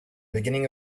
beginning